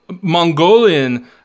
Mongolian